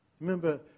Remember